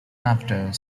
after